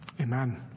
Amen